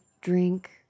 drink